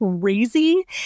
crazy